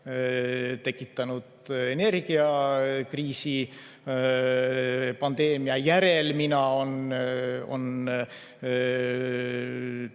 tekitanud energiakriisi, pandeemia järelmina on